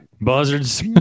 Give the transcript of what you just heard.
Buzzards